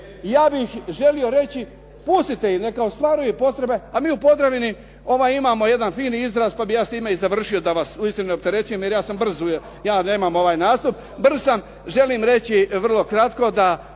Ja bih želio reći, putite ih neka ostvaruju potrebe. A mi u Podravini imamo jedan fini izraz pa bih ja s time i završio da vas uistinu ne opterećujem, jer ja sam brz. Ja nemam ovaj nastup, brz sam. Želim reći vrlo kratko da